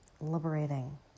liberating